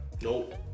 Nope